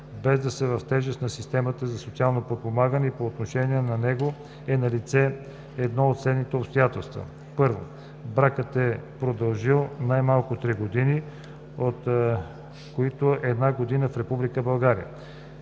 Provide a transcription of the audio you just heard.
без да са в тежест на системата за социално подпомагане, и по отношение на него е налице едно от следните обстоятелства: 1. бракът е продължил най-малко три години, от които една година в Република